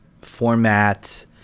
format